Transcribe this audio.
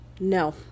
No